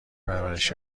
پرورش